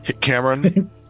Cameron